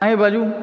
अहीं बाजूँ